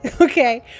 Okay